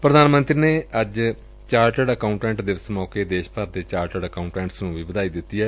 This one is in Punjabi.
ਪ੍ਰਧਾਨ ਮੰਤਰੀ ਨੇ ਅੱਜ ਚਾਰਟਡ ਅਕਾਊਂਟੈਂਟਸ ਦਿਵਸ ਮੌਕੇ ਦੇਸ਼ ਭਰ ਦੇ ਚਾਰਟਡ ਅਕਾਊਂਟੈਂਟਸ ਨੂੰ ਵੀ ਵਧਾਈ ਦਿੱਤੀ ਏ